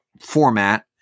Format